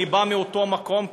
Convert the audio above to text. אני בא מאותו מקום,